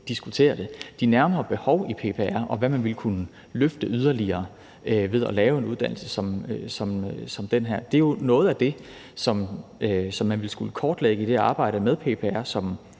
diskuterer det. De nærmere behov i PPR, og hvad man ville kunne løfte yderligere ved at lave en uddannelse som den her, er jo noget af det, som man ville skulle kortlægge i det arbejde med PPR, som